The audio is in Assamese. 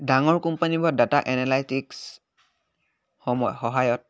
ডাঙৰ কোম্পানিবোৰত ডাটা এনালাইটিক্স সময় সহায়ত